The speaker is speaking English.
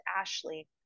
Ashley